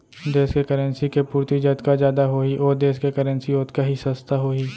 देस के करेंसी के पूरति जतका जादा होही ओ देस के करेंसी ओतका ही सस्ता होही